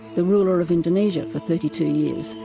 the ruler of indonesia for thirty two years,